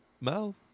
mouth